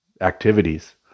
activities